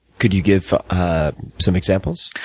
could you give some examples?